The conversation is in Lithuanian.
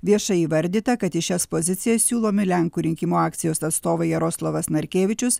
viešai įvardyta kad į šias pozicijas siūlomi lenkų rinkimų akcijos atstovai jaroslavas narkevičius